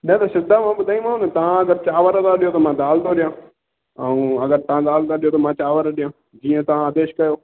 हा सीधा मां ॿुधायोमांव तव्हां अगरि चांवर था ॾियो त मां दाल थो ॾियां ऐं अगरि तव्हां दाल था ॾियो त मां चांवर ॾियां जीअं तव्हां आदेश कयो